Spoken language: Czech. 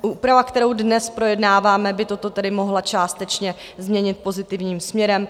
Úprava, kterou dnes projednáváme, by toto tedy mohla částečně změnit pozitivním směrem.